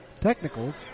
technicals